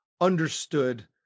understood